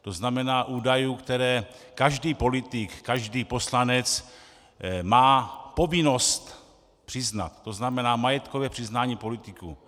To znamená údaje, které každý politik, každý poslanec má povinnost přiznat, tzn. majetkové přiznání politiků.